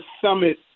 summit